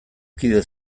kide